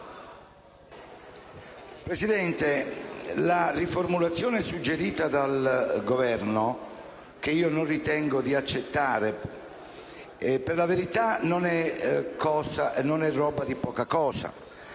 Presidente, la riformulazione suggerita dal Governo, che io non ritengo di accettare, per la verità non è di poco conto.